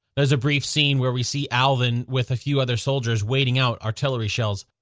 there's a brief scene where we see alvin with a few other soldiers waiting out artillery shells.